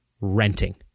renting